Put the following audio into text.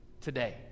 today